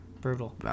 Brutal